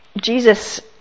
Jesus